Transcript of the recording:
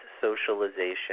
socialization